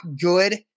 good